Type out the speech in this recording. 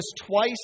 twice